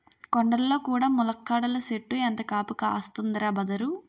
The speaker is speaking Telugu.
కొండల్లో కూడా ములక్కాడల సెట్టు ఎంత కాపు కాస్తందిరా బదరూ